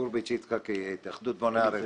יצחק גורביץ מהתאחדות בוני הארץ.